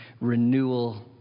renewal